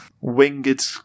Winged